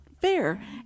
fair